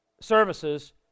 services